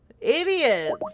Idiots